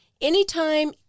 Anytime